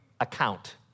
account